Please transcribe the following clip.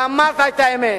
ואמרת את האמת,